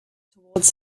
toward